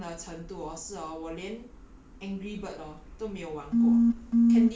orh okay so 我我不喜欢 gaming 的程度是 hor 我连